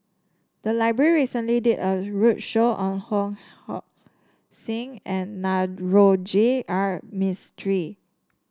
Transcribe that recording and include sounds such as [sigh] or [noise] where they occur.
the library recently did a roadshow on Ho [unintelligible] Sing and Navroji R Mistri